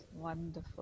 Wonderful